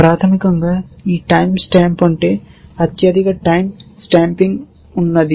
ప్రాథమికంగా ఈ time stamp అంటే అత్యధిక టైమ్ స్టాంపింగ్ ఉన్నది